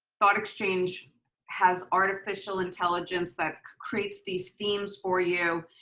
thought exchange has artificial intelligence that creates these themes for you.